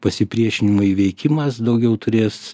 pasipriešinimo įveikimas daugiau turės